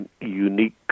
unique